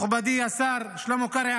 מכובדי השר שלמה קרעי,